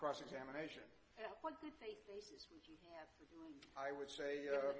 cross examination i would say you know